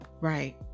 Right